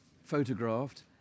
photographed